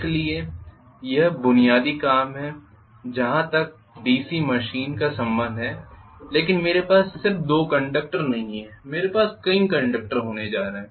इसलिए यह बुनियादी काम है जहां तक डीसी मशीन का संबंध है लेकिन मेरे पास सिर्फ 2 कंडक्टर नहीं हैं मेरे पास कई कंडक्टर होने जा रहे हैं